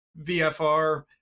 VFR